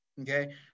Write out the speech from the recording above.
Okay